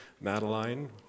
Madeline